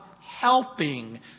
helping